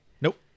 Nope